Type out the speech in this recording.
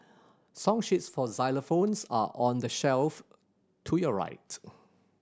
song sheets for xylophones are on the shelf to your right